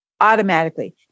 automatically